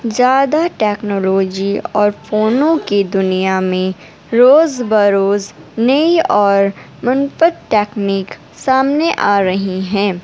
زیادہ ٹیکنالوجی اور فونوں کی دنیا میں روز بروز نئی اور منفرد ٹیکنیک سامنے آ رہیں ہیں